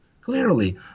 Clearly